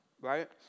Right